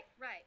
right